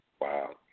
wow